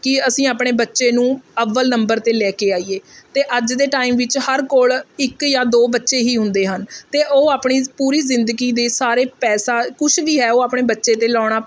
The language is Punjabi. ਕਿ ਅਸੀਂ ਆਪਣੇ ਬੱਚੇ ਨੂੰ ਅੱਵਲ ਨੰਬਰ 'ਤੇ ਲੈ ਕੇ ਆਈਏ ਅਤੇ ਅੱਜ ਦੇ ਟਾਈਮ ਵਿੱਚ ਹਰ ਕੋਲ ਇੱਕ ਜਾਂ ਦੋ ਬੱਚੇ ਹੀ ਹੁੰਦੇ ਹਨ ਅਤੇ ਉਹ ਆਪਣੀ ਪੂਰੀ ਜ਼ਿੰਦਗੀ ਦੇ ਸਾਰੇ ਪੈਸਾ ਕੁਛ ਵੀ ਹੈ ਉਹ ਆਪਣੇ ਬੱਚੇ 'ਤੇ ਲਾਉਣਾ